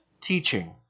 teaching